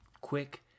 Quick